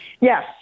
Yes